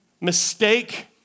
mistake